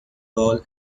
bowl